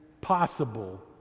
possible